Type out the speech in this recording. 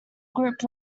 group